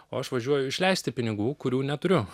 o aš važiuoju išleisti pinigų kurių neturiu